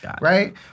right